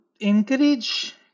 encourage